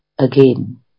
Again